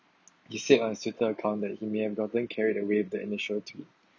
he said on his twitter account that he may have gotten carried away with the initial tweet